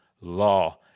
law